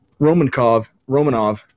Romanov